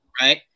right